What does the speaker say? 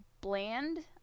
bland